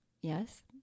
Yes